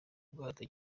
bwato